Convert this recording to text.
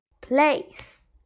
place